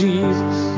Jesus